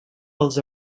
pels